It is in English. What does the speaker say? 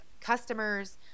customers